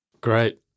Great